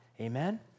amen